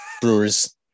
Brewers